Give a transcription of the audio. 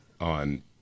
on